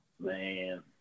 Man